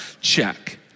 check